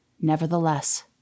Nevertheless